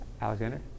Alexander